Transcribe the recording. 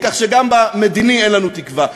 כך שגם במדיני אין לנו תקווה.